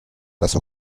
das